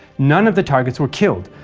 none of the targets were killed,